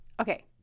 okay